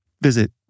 Visit